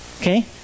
Okay